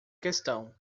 questão